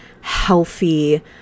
healthy